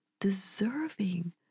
deserving